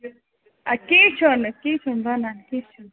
اَدٕ کیٚنٛہہ چھُنہٕ کیٚنٛہہ چھُنہٕ بَنن کیٚنٛہہ چھُنہٕ